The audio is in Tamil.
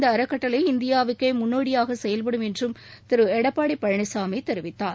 இந்த அறக்கட்டளை இந்தியாவுக்கே முன்னோடியாக செயல்படும் என்றும் திரு எடப்பாடி பழனிசாமி தெரிவித்தார்